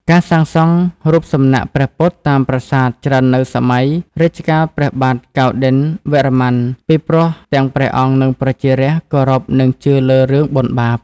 ការសាងសង់រូបសំណាក់ព្រះពុទ្ធតាមប្រាសាទច្រើននៅសម័យរជ្ជកាលព្រះបាទកៅឌិណ្ឌន្យវរ្ម័នពីព្រោះទាំងព្រះអង្គនិងប្រជារាស្ត្រគោរពនិងជឿលើរឿងបុណ្យបាប។